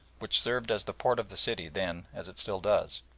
which served as the port of the city then as it still does.